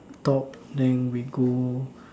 top then we go